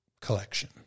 collection